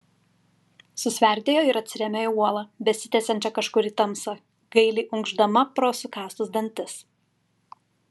susverdėjo ir atsirėmė į uolą besitęsiančią kažkur į tamsą gailiai unkšdama pro sukąstus dantis